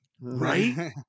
right